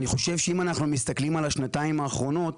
אני חושב שאם אנחנו מסתכלים על השנתיים האחרונות,